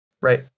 right